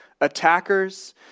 attackers